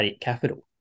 capital